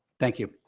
thank you.